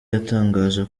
yatangaje